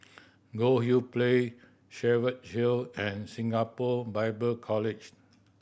Goldhill Place Cheviot Hill and Singapore Bible College